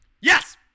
Yes